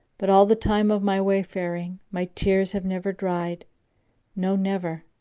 but all the time of my wayfaring, my tears have never dried no, never!